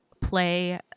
play